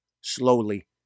Slowly